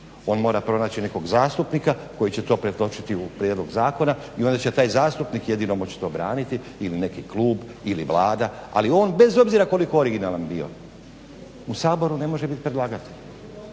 On mora pronaći nekog zastupnika koji će to pretočiti u prijedlog zakona i onda će taj zastupnik jedino moći to braniti ili neki klub ili Vlada. Ali on bez obzira koliko originalan bio u Saboru ne može biti predlagatelj.